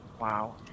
Wow